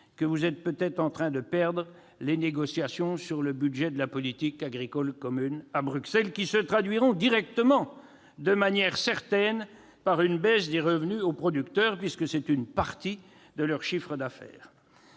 nous semble-t-il, en train de perdre les négociations sur le budget de la politique agricole commune à Bruxelles ! Ces négociations se traduiront directement, et de manière certaine, par une baisse des revenus aux producteurs, puisque c'est une partie de leur chiffre d'affaires.